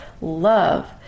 love